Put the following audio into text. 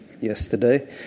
yesterday